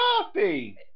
coffee